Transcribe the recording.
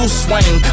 swing